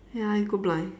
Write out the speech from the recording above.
ya you go blind